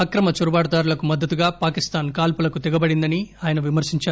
అక్రమ చోరబాటుదారులకు మద్దతుగా పాకిస్థాన్ కాల్పులకు తెగబడిందని ఆయన విమర్పించారు